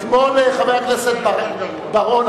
חבר הכנסת בר-און,